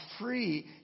free